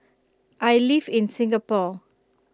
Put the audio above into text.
I live in Singapore